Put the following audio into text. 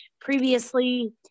previously